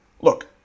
Look